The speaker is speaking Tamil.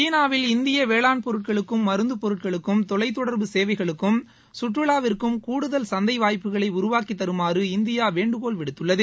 சீனாவில் இந்திய வேளாண் பொருட்களுக்கும் மருந்து பொருட்களுக்கும் தொலைத் தொடர்பு சேவைகளுக்கும் சுற்றுலாவிற்கும் கூடுதல் சந்தை வாய்ப்புக்களை உருவாக்கித் தருமாறு இந்தியா வேண்டுகோள் விடுத்துள்ளது